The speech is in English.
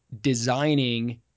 designing